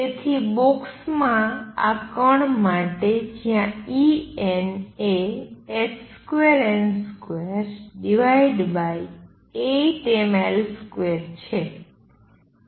તેથી બોક્સમાં આ કણ માટે જ્યાં En એ h2n28mL2 છે